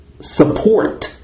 support